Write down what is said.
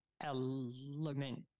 element